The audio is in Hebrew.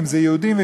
אם יהודים,